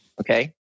okay